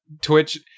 Twitch